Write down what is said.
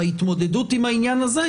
בהתמודדות עם העניין הזה,